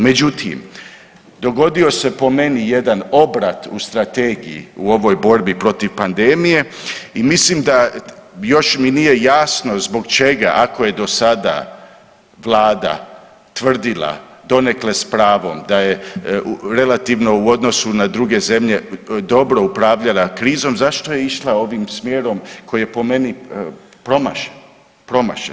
Međutim, dogodio se po meni jedan obrat u strategiji u ovoj borbi pandemije i mislim da još mi nije jasno zbog čega ako je do sada Vlada tvrdila donekle s pravom da je relativno u odnosu na druge zemlje dobro upravljala krizom zašto je išla ovim smjerom koji je po meni promašen, promašen.